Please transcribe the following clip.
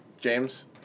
James